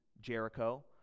Jericho